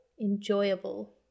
enjoyable